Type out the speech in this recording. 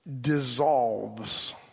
dissolves